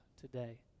today